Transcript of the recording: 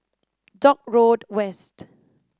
Dock Road West